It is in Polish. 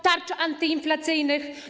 Tarcz antyinflacyjnych?